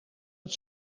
het